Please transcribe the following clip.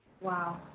Wow